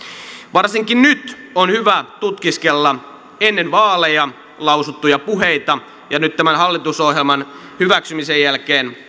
varsinkin nyt on hyvä tutkiskella ennen vaaleja lausuttuja puheita ja nyt tämän hallitusohjelman hyväksymisen jälkeen